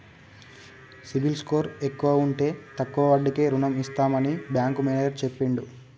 CIBIL score ఎక్కువ ఉంటే తక్కువ వడ్డీకే రుణం ఇస్తామని బ్యాంకు మేనేజర్ చెప్పిండు